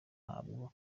ntabwo